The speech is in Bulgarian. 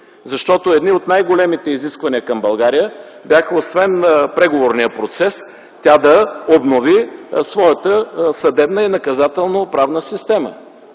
Защото едни от най-големите изисквания към България бяха освен преговорния процес, тя да обнови своята съдебна и наказателно-правна система.